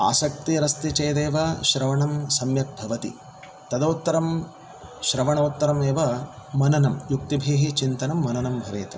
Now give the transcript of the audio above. आसक्तिरस्ति चेदेव श्रवणं सम्यक् भवति तदोत्तरं श्रवणोत्तरमेव मननं युक्तिभिः चिन्तनं मननं भवेत्